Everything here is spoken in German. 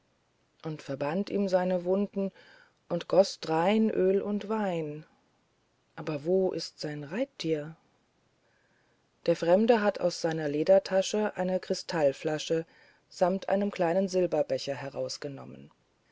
und verband ihm seine wunden und goß drein öl und wein aber wo ist sein reittier der fremde hat aus seiner ledertasche eine kristallflasche samt einem kleinen silberbecher herausgenommen